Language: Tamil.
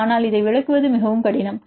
ஆனால் இதை விளக்குவது மிகவும் கடினம்